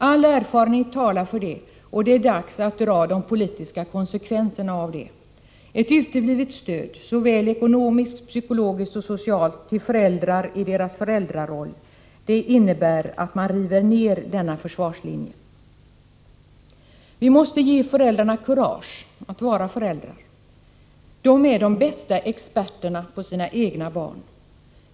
All erfarenhet talar för det, och det är dags att dra de politiska konsekvenserna av det. Ett uteblivet stöd, såväl ekonomiskt, psykologiskt och socialt, till föräldrar i deras föräldraroll, det innebär att man river ner denna försvarslinje. Vi måste ge föräldrarna kurage att vara föräldrar. De är de bästa experterna på sina egna barn.